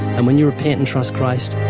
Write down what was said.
and when you repent and trust christ,